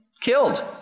killed